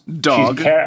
Dog